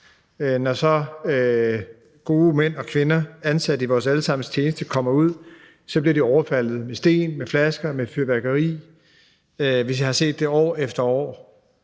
Når så gode mænd og kvinder ansat i vores alle sammens tjeneste kommer ud, bliver disse mennesker overfaldet med sten, med flasker, med fyrværkeri. Vi har set det år efter år,